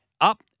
Up